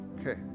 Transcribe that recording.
Okay